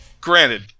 granted